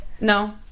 No